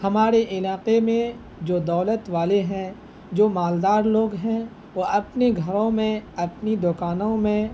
ہمارے علاقے میں جو دولت والے ہیں جو مالدار لوگ ہیں وہ اپنے گھروں میں اپنی دکانوں میں